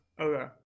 Okay